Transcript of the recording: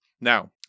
Now